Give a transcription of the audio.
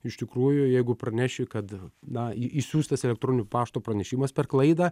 iš tikrųjų jeigu praneši kad na i išsiųstas elektroniniu paštu pranešimas per klaidą